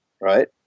right